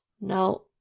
No